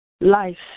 life